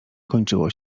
kończyło